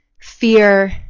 fear